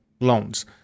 loans